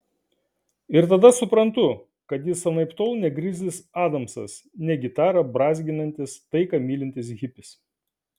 ir tada suprantu kad jis anaiptol ne grizlis adamsas ne gitarą brązginantis taiką mylintis hipis